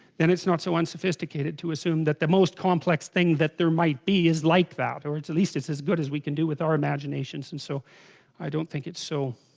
then it's not so unsophisticated to assume that the most complex thing that there might be is like that or it's at least it's as good as, we can do with our imaginations and so i don't think it's so